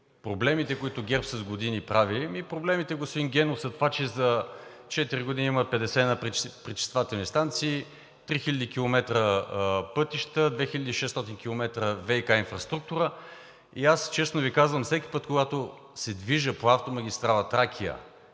проблемите, които ГЕРБ с години правели. Ами, проблемите, господин Генов, са това, че за четири години има над 50 пречиствателни станции, 3000 км пътища, 2600 км ВиК инфраструктура и честно Ви казвам, всеки път, когато се движа по автомагистрала „Тракия“